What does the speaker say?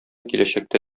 киләчәктә